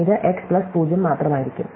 ഇത് x plus 0 മാത്രമായിരിക്കും